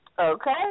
Okay